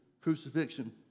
crucifixion